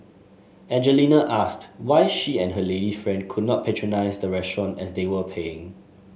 Angelina asked why she and her lady friend could not patronise the restaurant as they were paying